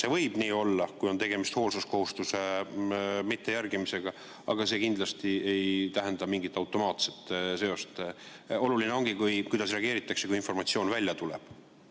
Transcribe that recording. See võib nii olla, kui on tegemist hoolsuskohustuse mittejärgimisega, aga see kindlasti ei tähenda mingit automaatset seost. Oluline ongi, kuidas reageeritakse, kui informatsioon välja tuleb.